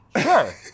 Sure